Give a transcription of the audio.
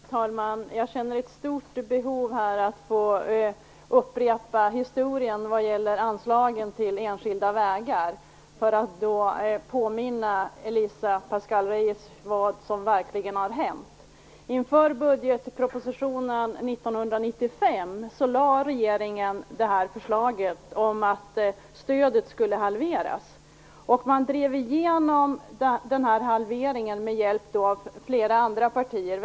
Herr talman! Jag känner ett stort behov av att få upprepa historien vad gäller anslagen till enskilda vägar för att påminna Elisa Abascal Reyes om vad som verkligen har hänt. Inför budgetpropositionen 1995 lade regeringen fram förslaget om halverat stöd. Man drev igenom halveringen med hjälp av flera partier, t.ex.